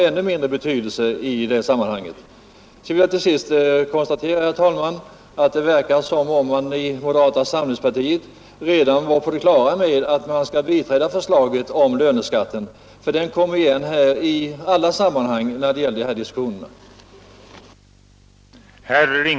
Till sist vill jag konstatera, herr talman, att det verkar som om man i moderata samlingspartiet redan var på det klara med att man skall biträda förslaget om höjning av löneskatten, för den kommer igen här i diskussionen i alla sammanhang.